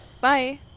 bye